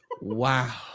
Wow